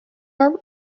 নাম